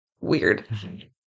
Weird